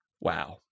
wow